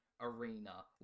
Arena